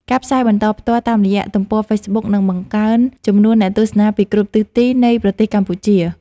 ការផ្សាយបន្តផ្ទាល់តាមរយៈទំព័រហ្វេសប៊ុកនឹងបង្កើនចំនួនអ្នកទស្សនាពីគ្រប់ទិសទីនៃប្រទេសកម្ពុជា។